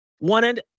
Wanted